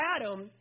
Adam